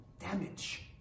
damage